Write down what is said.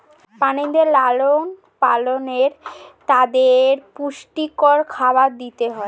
প্রাণীদের লালন পালনে তাদের পুষ্টিকর খাবার দিতে হয়